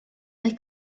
mae